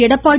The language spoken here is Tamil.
எடப்பாடி